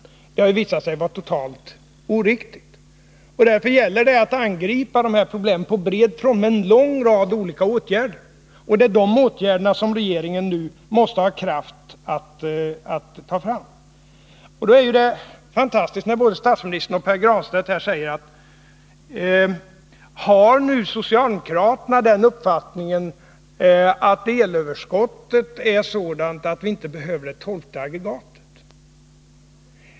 Detta har ju visat sig vara totalt oriktigt, och därför gäller det att angripa problemen på bred front, med en lång rad olika åtgärder — åtgärder som regeringen nu måste ha kraft att ta fram. Mot den bakgrunden är det fantastiskt att både statsministern och Pär Granstedt frågar om socialdemokraterna har uppfattningen att elöverskottet är så stort att vi inte behöver det tolfte aggregatet.